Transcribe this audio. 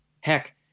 Heck